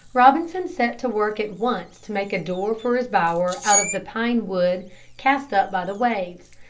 robinson set to work at once to make a door for his bower out of the pine wood cast up by the waves.